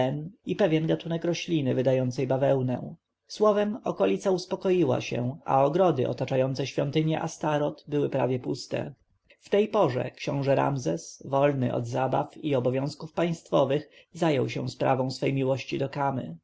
i pewien gatunek rośliny wydającej bawełnę słowem okolica uspokoiła się a ogrody otaczające świątynię astoreth były prawie puste w tej porze książę ramzes wolny od zabaw i obowiązków państwowych zajął się sprawą swej miłości dla kamy